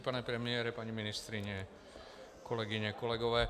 Pane premiére, paní ministryně, kolegyně, kolegové.